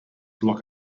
block